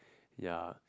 ya